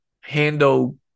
handle